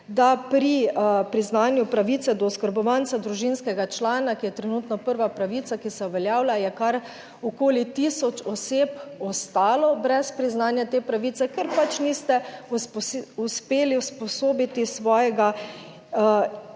da pri priznanju pravice do oskrbovanca družinskega člana, ki je trenutno prva pravica, ki se uveljavlja, je kar okoli tisoč oseb ostalo brez priznanja te pravice, ker pač niste uspeli usposobiti svojega